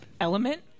element